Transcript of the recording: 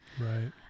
Right